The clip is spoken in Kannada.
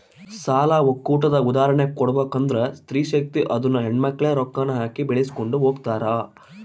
ಸಾಲ ಒಕ್ಕೂಟದ ಉದಾಹರ್ಣೆ ಕೊಡ್ಬಕಂದ್ರ ಸ್ತ್ರೀ ಶಕ್ತಿ ಅದುನ್ನ ಹೆಣ್ಮಕ್ಳೇ ರೊಕ್ಕಾನ ಹಾಕಿ ಬೆಳಿಸ್ಕೊಂಡು ಹೊಗ್ತಾರ